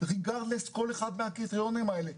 ללא קשר לכל אחד מהקריטריונים האלה.